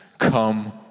come